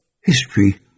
history